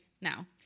now